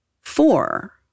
four